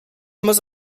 muss